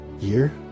year